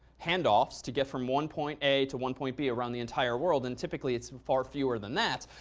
hand-offs, to get from one point a to one point b around the entire world. and typically it's far fewer than that.